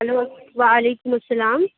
hello وعلیکم السّلام